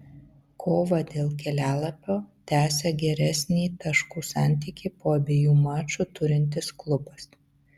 kovą dėl kelialapio tęsia geresnį taškų santykį po abiejų mačų turintis klubas